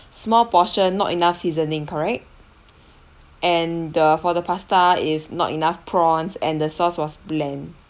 small portion not enough seasoning correct and the for the pasta it's not enough prawns and the sauce was bland